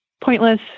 pointless